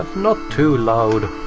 not too loud.